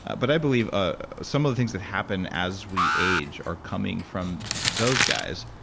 but i believe ah some of the things that happen as we age are coming from those guys.